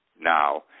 now